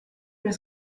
per